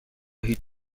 هیچ